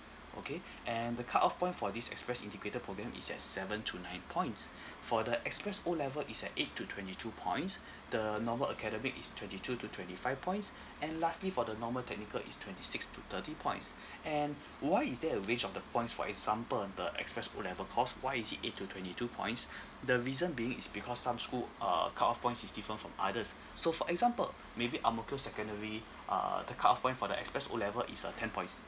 okay and the cut off point for this express integrated program is at seven to nine points for the express O level is at eight to twenty two points the normal academic is twenty to twenty five points and lastly for the normal technical is twenty six to thirty points and why is there a range of the points for example the express O level course why is it eight to twenty two points the reason being is because some school uh cut off points is different from others so for example maybe ang mo kio secondary uh the cut off point for the express O level is uh ten points